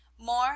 more